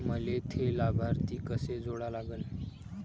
मले थे लाभार्थी कसे जोडा लागन?